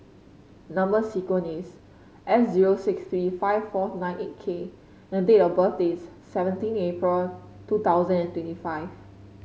number sequence is S zero six three five four nine eight K and date of birth is seventeen April two thousand and twenty five